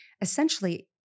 essentially